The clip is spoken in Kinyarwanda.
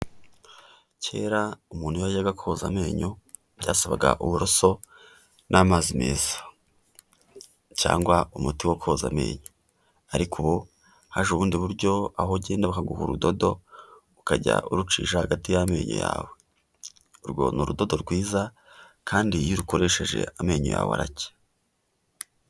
Kera umuntu iyo yajyaga koza amenyo byasabaga uburoso n'amazi meza cyangwa umuti wo koza amenyo. Ariko ubu haje ubundi buryo aho ugenda bakaguha urudodo, ukajya urucisha hagati y'amenyo yawe. Urwo ni urudodo rwiza kandi iyo urukoresheje amenyo yawe aracya.